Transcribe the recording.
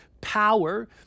power